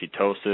ketosis